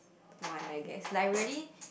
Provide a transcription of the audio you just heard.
one I guess like I really